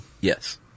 Yes